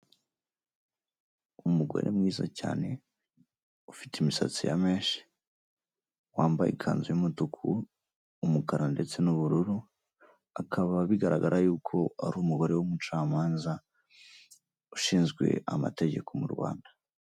Umugore mwiza cyane ufite imisatsi ya menshi wambaye ikanzu y'umutuku, umukara ndetse n'ubururu akaba bigaragara yuko ari umubare w'umucamanza ushinzwe amategeko mu Rwanda.